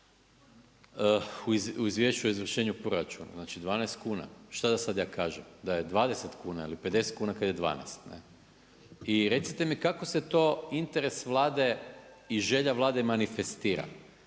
o izvršenju proračuna, znači 12 kuna. Šta ja da sada kažem? Da je 20 kuna ili 50 kuna kada je 12. I recite mi kako se to interes Vlade i želja Vlade manifestira,